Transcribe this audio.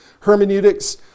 Hermeneutics